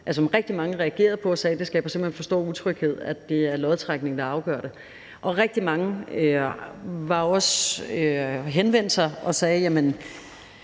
rigtig mange reagerede på, og hvorom de sagde, at det simpelt hen skaber for stor utryghed, at det er lodtrækning, der afgør det. Rigtig mange henvendte sig også og sagde, at